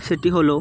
সেটি হলো